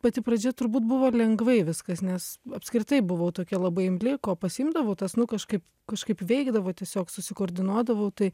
pati pradžia turbūt buvo lengvai viskas nes apskritai buvau tokia labai imli ko pasiimdavau tas nu kažkaip kažkaip veikdavo tiesiog susikoordinuodavau tai